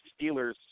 Steelers